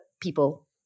people